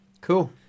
Cool